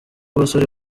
abasore